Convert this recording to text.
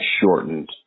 shortened